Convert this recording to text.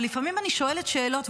ולפעמים אני שואלת שאלות,